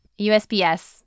USPS